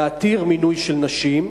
להתיר מינוי של נשים,